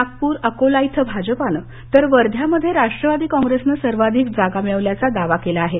नागपूर अकोला इथ भाजपानं तर वध्यामध्ये राष्ट्रवादी काँग्रेसनं सर्वाधिक जागा मिळाल्याचा दावा केला आहे